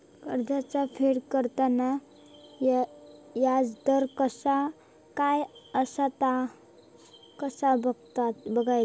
कर्जाचा फेड करताना याजदर काय असा ता कसा बगायचा?